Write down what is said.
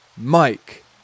Mike